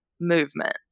movement